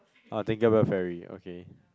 orh thank you ferry okay